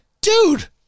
dude